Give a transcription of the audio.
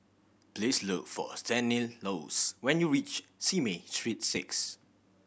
please look for Stanislaus when you reach Simei Street Six